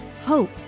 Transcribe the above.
hope